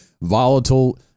volatile